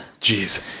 jeez